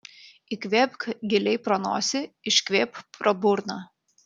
įkvėpk giliai pro nosį iškvėpk pro burną